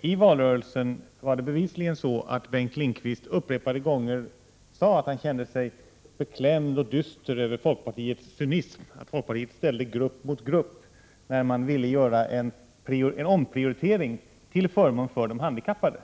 I valrörelsen sade Bengt Lindqvist bevisligen upprepade gånger att han kände sig beklämd och dyster över folkpartiets cynism, att folkpartiet ställde grupp mot grupp när folkpartiet ville göra en omprioritering till förmån för de handikappade.